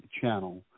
channel